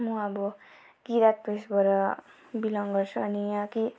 म अब किरात उयेसबाट बिलोङ गर्छ अनि यहाँकै